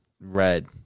red